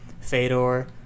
Fedor